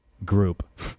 group